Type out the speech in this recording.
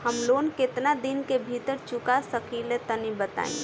हम लोन केतना दिन के भीतर चुका सकिला तनि बताईं?